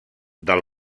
del